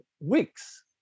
weeks